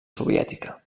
soviètica